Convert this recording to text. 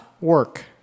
work